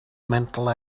mental